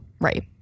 Right